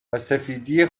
وسفیدی